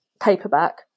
paperback